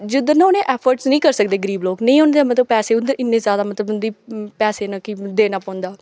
जिद्धर न उ'नेंगी ऐफोर्डस नेईं करी सकदे गरीब लोक नेईं होंदे पैसे मतलब होंदे इ'न्ने ज्यादा मतलब उं'दी पैसे कि देना पौंदा